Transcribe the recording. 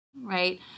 right